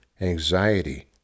anxiety